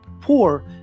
poor